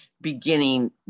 beginning